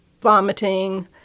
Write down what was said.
vomiting